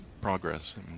progress